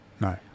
No